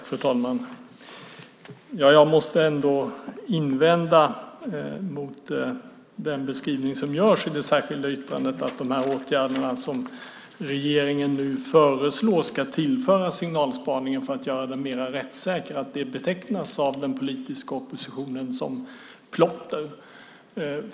Fru talman! Jag måste ändå invända mot den beskrivning som görs i det särskilda yttrandet, att de åtgärder som regeringen nu föreslår ska tillföras signalspaningen för att göra den mer rättssäker av den politiska oppositionen betecknas som plotter.